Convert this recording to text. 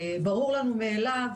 ברור לנו מאליו,